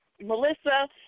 Melissa